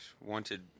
wanted